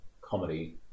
comedy